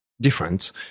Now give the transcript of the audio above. different